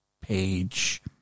page